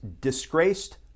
disgraced